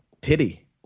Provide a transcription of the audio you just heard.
titty